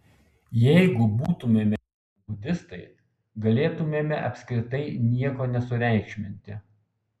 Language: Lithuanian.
jeigu būtumėme dzenbudistai galėtumėme apskritai nieko nesureikšminti